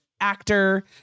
actor